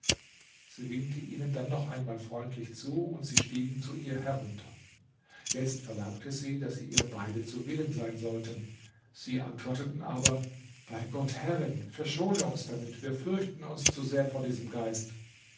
sie winkte ihnen dann noch einmal freundlich zu und sie stiegen zu ihr herunter jetzt verlangte sie daß sie ihr beide zu willen sein sollten sie antworteten aber bei gott herrin verschone uns damit wir fürchten uns zu sehr vor diesem geist